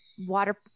water